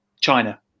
China